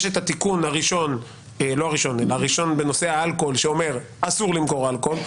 יש את התיקון הראשון בנושא האלכוהול שאומר אסור למכור אלכוהול.